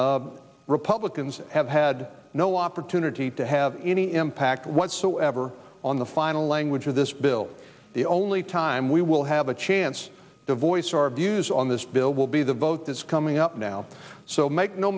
pelosi republicans have had no opportunity to have any impact whatsoever on the final language of this bill the only time we will have a chance to voice our views on this bill will be the vote that's coming up now so make no